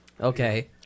Okay